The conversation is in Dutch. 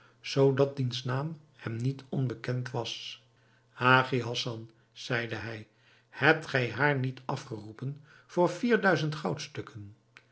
zoodat diens naam hem niet onbekend was hagi hassan zeide hij hebt gij haar niet afgeroepen voor